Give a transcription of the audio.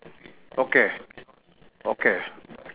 okay okay